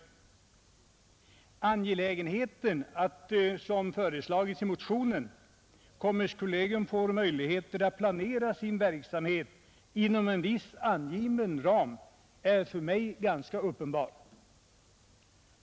Det framstår för mig som angeläget att kommerskollegium, såsom föreslagits i motionen, får möjligheter att även i fortsättningen planera sin verksamhet inom en viss angiven ram.